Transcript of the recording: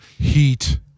Heat